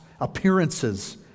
appearances